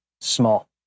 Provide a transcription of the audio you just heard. small